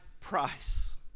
price